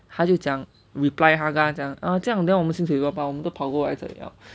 他就讲 reply 他跟她讲:ta gen tae jiang err 这样我们的薪水多高 since 我们都跑过来这里 liao